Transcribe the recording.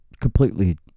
completely